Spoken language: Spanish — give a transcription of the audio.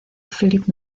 phillip